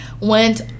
went